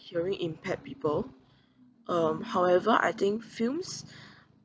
hearing impaired people um however I think films